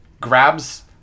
grabs